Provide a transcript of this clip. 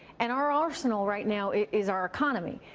and our arsenal right now is our economy.